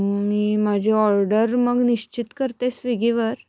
मी माझी ऑर्डर मग निश्चित करते स्विगीवर